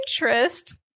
interest